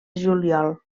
juliol